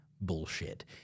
bullshit